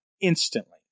instantly